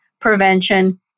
prevention